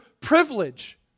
privilege